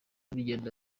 bigenda